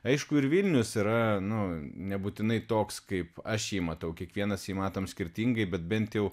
aišku ir vilnius yra nu nebūtinai toks kaip aš jį matau kiekvienas jį matom skirtingai bet bent jau